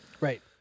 right